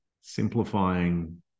simplifying